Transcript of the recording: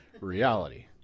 reality